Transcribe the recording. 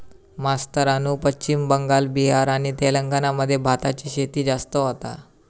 मास्तरानू पश्चिम बंगाल, बिहार आणि तेलंगणा मध्ये भाताची शेती जास्त होता